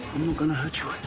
gonna hurt you